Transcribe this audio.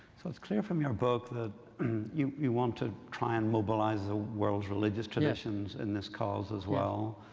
so it's clear from your book that you you want to try and mobilize the world's religious traditions in this cause as well.